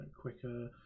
quicker